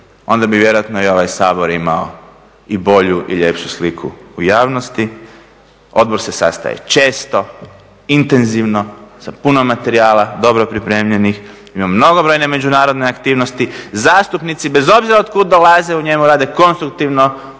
onda bi vjerojatno i ovaj Sabor imao i bolju i ljepšu sliku u javnosti. Odbor se sastaje često, intenzivno, sa puno materijala, dobro pripremljenih. Ima mnogobrojne međunarodne aktivnosti. Zastupnici bez obzira od kud dolaze u njemu rade konstruktivno